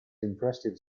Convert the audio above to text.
impressive